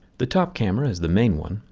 the top camera is the main one.